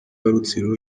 rutsiro